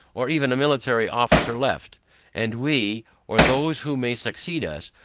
or even a military officer left and we or those who may succeed us,